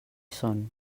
son